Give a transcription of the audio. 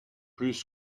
plus